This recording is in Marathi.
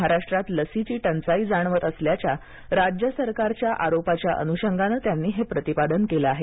महाराष्ट्रात लसीची टंचाई जाणवत असल्याच्या राज्य सरकारच्या आरोपाच्या अनुषंगानं त्यांनी हे प्रतिपादन केलं आहे